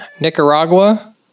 Nicaragua